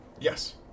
Yes